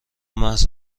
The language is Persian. محض